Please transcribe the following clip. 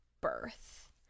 birth